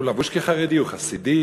הוא לבוש כחרדי, הוא חסיד.